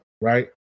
right